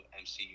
MCU